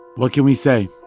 what can we say?